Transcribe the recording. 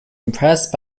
impressed